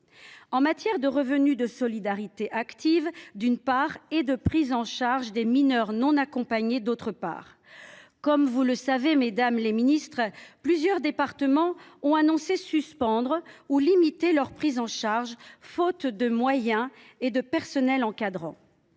sont liées au revenu de solidarité active ou à la prise en charge des mineurs non accompagnés. Comme vous le savez, mesdames les ministres, plusieurs départements ont annoncé suspendre ou limiter les prises en charge, faute de moyens et de personnel encadrant.